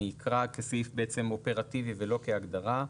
אני אקרא כסעיף אופרטיבי בעצם ולא כהגדרה,